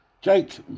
Jake